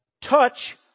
touch